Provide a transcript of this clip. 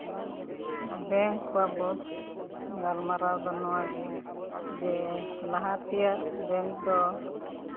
bank ᱵᱟᱵᱚᱫ ᱜᱟᱞᱢᱟᱨᱟᱣ ᱫᱚ ᱱᱚᱣᱟᱜᱮ ᱡᱮ ᱞᱟᱦᱟ ᱛᱮᱭᱟᱜ ᱵᱮᱝᱠ ᱫᱚ